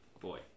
Boy